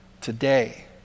today